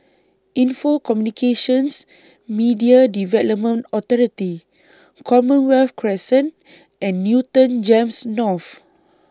Info Communications Media Development Authority Commonwealth Crescent and Newton Gems North